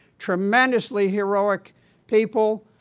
tremendously heroic people.